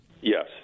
yes